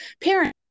parent